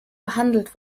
behandelt